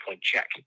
check